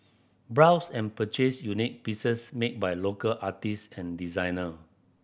browse and purchase unique pieces made by local artist and designer